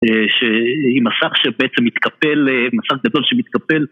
שהיא מסך שבעצם מתקפל, מסך גדול שמתקפל